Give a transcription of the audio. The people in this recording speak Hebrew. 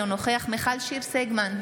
אינו נוכח מיכל שיר סגמן,